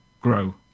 grow